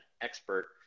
expert